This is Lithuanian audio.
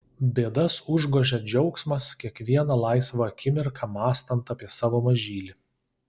bėdas užgožia džiaugsmas kiekvieną laisvą akimirką mąstant apie savo mažylį